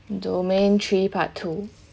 domain three part two